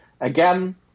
again